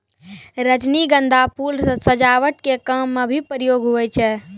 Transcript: रजनीगंधा फूल सजावट के काम मे भी प्रयोग हुवै छै